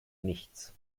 nichts